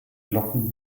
glocken